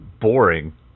boring